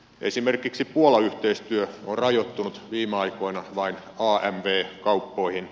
esimerkiksi puola yhteistyö on rajoittunut viime aikoina vain amv kauppoihin